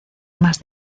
más